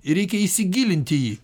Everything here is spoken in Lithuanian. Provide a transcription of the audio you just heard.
ir reikia įsigilint į jį